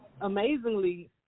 amazingly